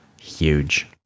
Huge